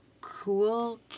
Cool